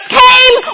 came